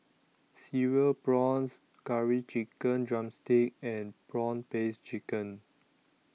Cereal Prawns Curry Chicken Drumstick and Prawn Paste Chicken